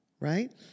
right